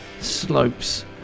slopes